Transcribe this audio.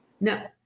No